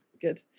Good